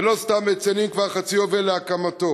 ולא סתם מציינים כבר חצי יובל להקמתו,